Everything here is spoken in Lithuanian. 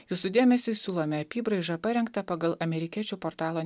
jūsų dėmesiui siūlome apybraižą parengtą pagal amerikiečių portalo